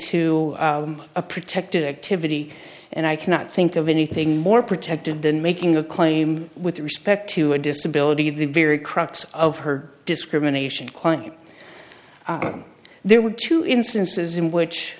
a protected activity and i cannot think of anything more protected than making a claim with respect to a disability the very crux of her discrimination quite there were two instances in which